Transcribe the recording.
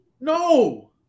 No